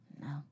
no